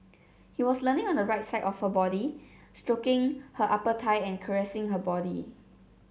he was leaning on the right side of her body stroking her upper thigh and caressing her body